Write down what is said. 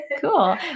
Cool